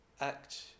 act